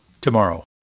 tomorrow